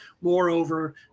moreover